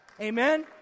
Amen